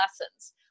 lessons